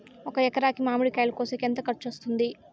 ఒక ఎకరాకి మామిడి కాయలు కోసేకి ఎంత ఖర్చు వస్తుంది?